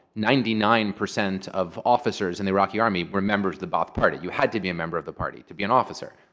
ninety nine percent of officers in the iraqi army were members of the baath party. you had to be a member of the party to be an officer.